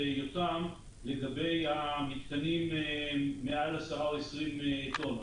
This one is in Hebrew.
יותם לגבי מתקנים מעל 20-10 טון.